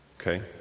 Okay